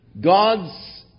God's